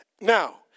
Now